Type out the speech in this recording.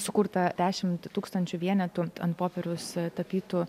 sukurta dešimt tūkstančių vienetų ant popieriaus tapytų